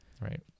Right